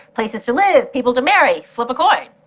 places to live, people to marry flip a coin.